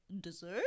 dessert